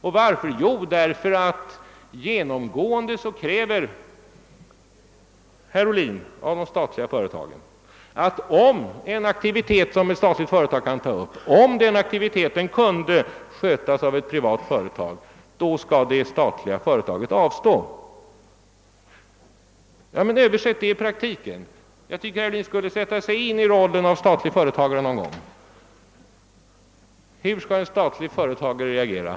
Genomgående kräver nämligen herr Ohlin av de statliga företagen, att om en aktivitet som ett statligt företag kan ta upp kan skötas av ett privat företag, så skall det statliga företaget avstå. Men översätt det till praktiken! Jag tycker att herr Ohlin någon gång borde sätta sig in i rollen som statlig företagare. Hur skall en statlig företagare reagera?